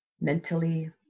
mentally